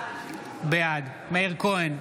בעד מאיר כהן,